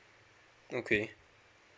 okay